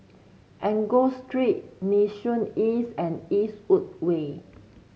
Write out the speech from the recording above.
Angus Street Nee Soon East and Eastwood Way